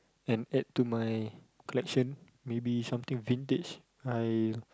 and add to my collection maybe something vintage I